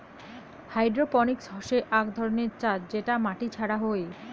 hydroponics হসে আক ধরণের চাষ যেটা মাটি ছাড়া হই